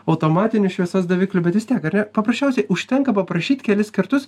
automatinių šviesos daviklių bet vis tiek ar ne paprasčiausiai užtenka paprašyt kelis kartus